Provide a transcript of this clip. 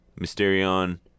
Mysterion